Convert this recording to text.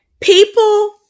People